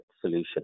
solution